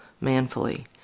manfully